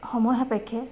সময় সাপেক্ষে